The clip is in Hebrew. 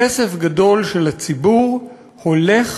כסף גדול של הציבור הולך,